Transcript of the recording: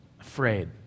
afraid